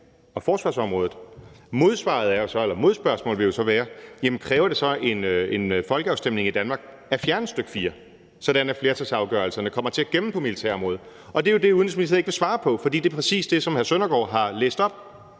og forsvarsområdet. Modspørgsmålet vil jo være: Jamen kræver det så en folkeafstemning i Danmark at fjerne stk. 4, sådan at flertalsafgørelserne kommer til at gælde på militærområdet? Det er jo det, udenrigsministeren ikke vil svare på. Det er præcis det, hr. Søren Søndergaard har læst op.